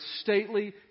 stately